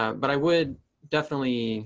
um but i would definitely